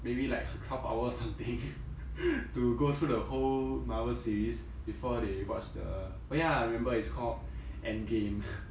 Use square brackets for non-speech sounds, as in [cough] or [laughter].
maybe like twelve hours something [laughs] to go through the whole marvel series before they watch the oh ya I remember is called endgame